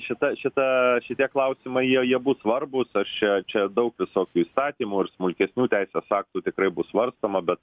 šitą šitą šitie klausimai jo jie bus svarbūs aš čia čia daug visokių įstatymų ir smulkesnių teisės aktų tikrai bus svarstoma bet